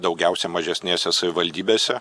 daugiausia mažesnėse savivaldybėse